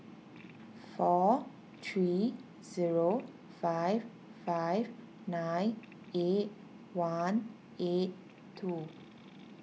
four three zero five five nine eight one eight two